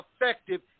effective